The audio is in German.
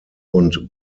und